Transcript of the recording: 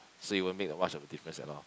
so you wouldn't made much of difference a lot